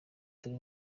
turi